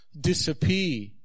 disappear